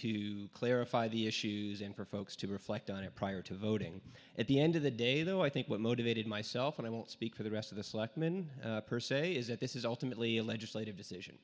to clarify the issues and for folks to reflect on it prior to voting at the end of the day though i think what motivated myself and i don't speak for the rest of the selectmen per se is that this is ultimately a legislative decision